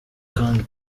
kandi